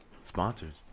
sponsors